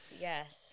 yes